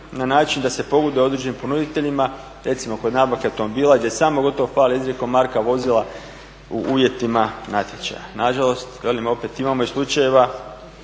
na način da se pogoduje određenim ponuditeljima, recimo kod nabavke automobila gdje samo gotovo … marka vozila u uvjetima natječaja. Nažalost, velim opet imamo slučajeva